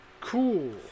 Cool